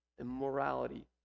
immorality